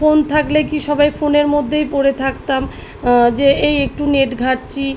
phone থাকলে কী সবাই ফোনের মধ্যেই পড়ে থাকতাম যেই একটু নেট ঘাঁটছি